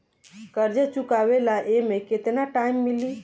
कर्जा चुकावे ला एमे केतना टाइम मिली?